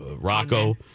Rocco